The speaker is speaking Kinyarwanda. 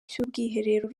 cy’ubwiherero